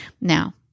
Now